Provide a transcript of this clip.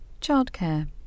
Childcare